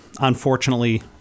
unfortunately